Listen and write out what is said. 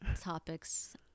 topics